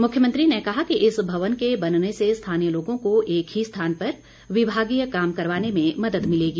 मुख्यमंत्री ने कहा कि इस भवन के बनने से स्थानीय लोगों को एक ही स्थान पर विभागीय काम करवाने में मदद मिलेगी